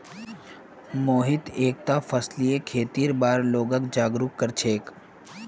मोहित एकता फसलीय खेतीर बार लोगक जागरूक कर छेक